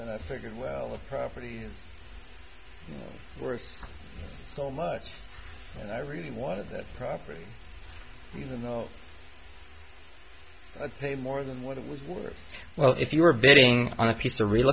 and i figured well the property is worth so much and i really wanted that property even though i think more than what it was worth well if you are varying on a piece of real